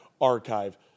archive